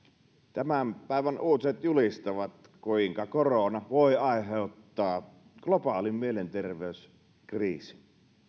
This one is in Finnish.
tämän päivän uutiset julistavat kuinka korona voi aiheuttaa globaalin mielenterveyskriisin